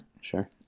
Sure